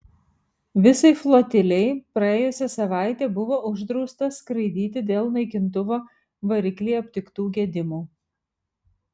visai flotilei praėjusią savaitę buvo uždrausta skraidyti dėl naikintuvo variklyje aptiktų gedimų